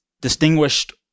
distinguished